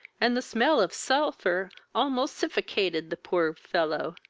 and the smell of sulphur almost sifficated the poor fellow,